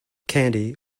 candy